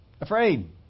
afraid